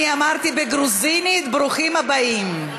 אני אמרתי בגרוזינית "ברוכים הבאים".